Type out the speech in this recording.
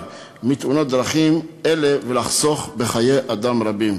מתאונות דרכים אלה ולחסוך חיי אדם רבים.